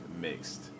mixed